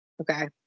Okay